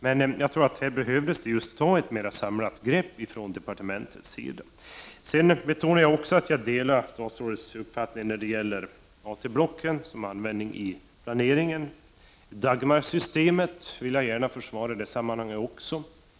Men jag tror att departementet här behöver ta ett mera samlat grepp. Jag betonade också att jag delar statsrådets uppfattning när det gäller AT blockens användning i planeringen. Dagmarsystemet vill jag gärna försvara i detta sammanhang.